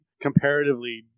comparatively